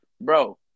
Bro